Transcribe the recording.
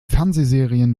fernsehserien